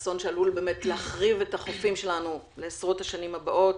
אסון שעלול להחריב את החופים שלנו לעשרות השנים הבאות.